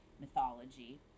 mythology